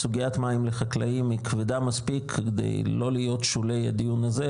סוגיית מים לחקלאים היא כבדה מספיק כדי לא להיות שולי הדיון הזה,